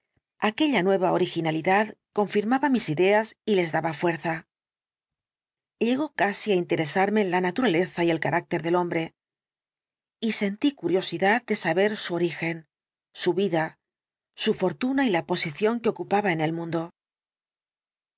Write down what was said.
aquella nueva originalidad confirmaba mis ideas y les daba fuerza llegó casi á interesarme la naturaleza y el carácter del hombre y sentí curiosidad de relación del dr lanyón saber su origen su vida su fortuna y la posición que ocupaba en el mundo